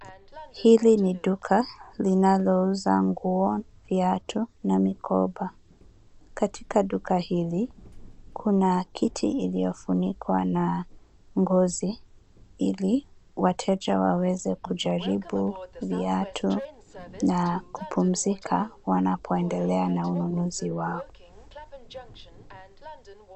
Hili ni duka linalouza nguo, viatu na mikoba. Katika duka hili kuna kiti iliyofunikwa na ngozi ili wateja waweze kujaribu viatu na kupumzika wanapoendelea na ununuzi wao.